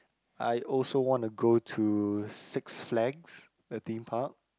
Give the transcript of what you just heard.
I also wanna go to six flags the Theme Park